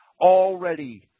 already